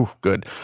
Good